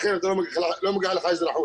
לכן לא מגיעה לך אזרחות.